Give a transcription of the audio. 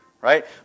right